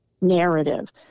narrative